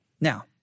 Now